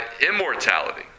immortality